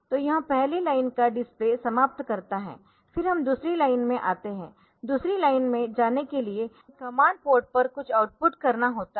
तो यह पहली लाइन का डिस्प्ले समाप्त करता है फिर हम दूसरी लाइन में आते है दूसरी लाइन में जाने के लिए हमें कमांड पोर्ट पर कुछ आउटपुट करना होता है